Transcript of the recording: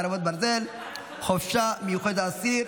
חרבות ברזל) (חופשה מיוחדת לאסיר),